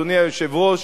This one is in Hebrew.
אדוני היושב-ראש,